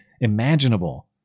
imaginable